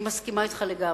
אני מסכימה אתך לגמרי,